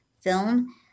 film